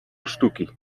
sztuki